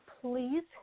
please